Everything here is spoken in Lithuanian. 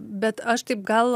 bet aš taip gal